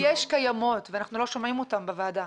--- קיימות ואנחנו לא שומעים עליהן בוועדה.